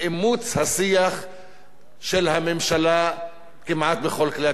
השיח של הממשלה כמעט בכל כלי התקשורת.